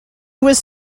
was